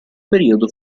periodo